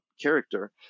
character